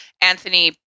Anthony